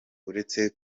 uretse